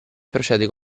procede